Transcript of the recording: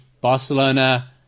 Barcelona